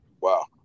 Wow